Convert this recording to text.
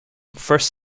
first